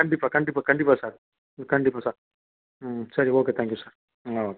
கண்டிப்பாக கண்டிப்பாக கண்டிப்பாக சார் கண்டிப்பாக சார் ம் சரி okay thank you sir ah